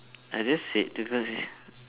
I just said because it